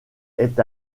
est